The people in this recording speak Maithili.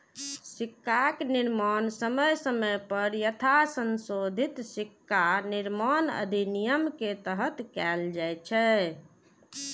सिक्काक निर्माण समय समय पर यथासंशोधित सिक्का निर्माण अधिनियम के तहत कैल जाइ छै